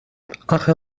اخه